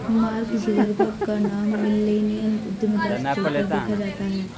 mark Zuckerberg का नाम millennial उद्यमिता से जोड़कर देखा जाता है